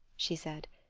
she said.